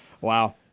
wow